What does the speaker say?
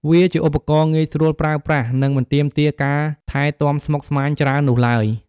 វាជាឧបករណ៍ងាយស្រួលប្រើប្រាស់ និងមិនទាមទារការថែទាំស្មុគស្មាញច្រើននោះឡើយ។